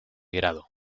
grado